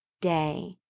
day